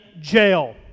jail